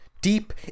deep